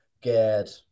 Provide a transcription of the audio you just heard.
get